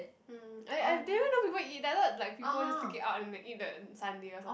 um I I didn't know people eat that I thought like people take just it out and they eat the sundae or some